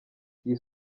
iyi